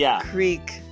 creek